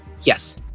Yes